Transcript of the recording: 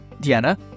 Diana